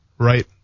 Right